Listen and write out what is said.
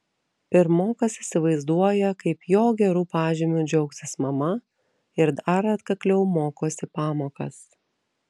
pirmokas įsivaizduoja kaip jo geru pažymiu džiaugsis mama ir dar atkakliau mokosi pamokas